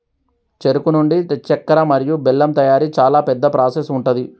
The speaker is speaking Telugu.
చెరుకు నుండి చెక్కర మరియు బెల్లం తయారీ చాలా పెద్ద ప్రాసెస్ ఉంటది